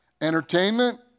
Entertainment